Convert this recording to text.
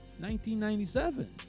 1997